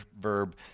verb